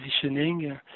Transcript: positioning